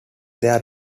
their